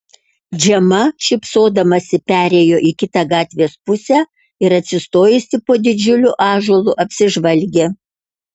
džema šypsodamasi perėjo į kitą gatvės pusę ir atsistojusi po didžiuliu ąžuolu apsižvalgė